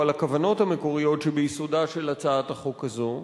או את הכוונות המקוריות שביסודה של הצעת החוק הזו.